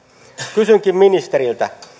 kysynkin ministeriltä